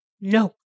no